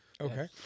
Okay